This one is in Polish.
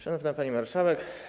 Szanowna Pani Marszałek!